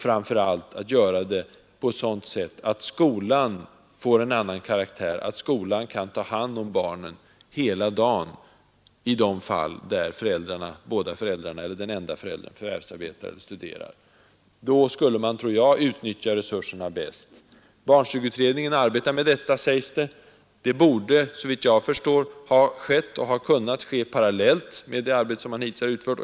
Framför allt bör skolan få en annan karaktär och kunna ta hand om barnen hela dagen i de fall där båda föräldrarna eller den enda föräldern förvärvsarbetar eller studerar. Då skulle man kunna utnyttja resurserna bäst. Barnstugeutredningen arbetar med detta, sägs det. Det borde, såvitt jag förstår, ha kunnat ske parallellt med det arbete utredningen hittills har utfört.